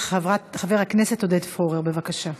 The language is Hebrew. חבר הכנסת עודד פורר, בבקשה.